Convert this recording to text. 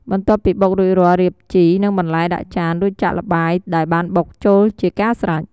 បន្ទាប់ពីបុករួចរាល់ រៀបជី និងបន្លែដាក់ចាន រួចចាក់ល្បាយដែលបានបុកចូលជាការស្រេច។